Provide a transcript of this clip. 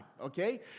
okay